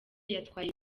yatwaye